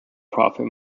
profit